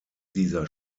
dieser